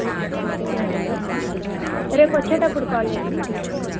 అవునా okay aunty రేపు వచ్చేటప్పుడు కాల్ చేస్తాం ఆంటీ మేము